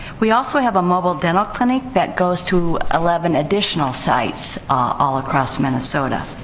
we also have a mobile dental clinic that goes to eleven additional sites all across minnesota.